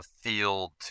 field